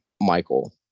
Michael